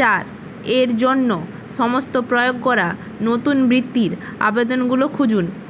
চার এর জন্য সমস্ত প্রয়োগ করা নতুন বৃত্তির আবেদনগুলো খুঁজুন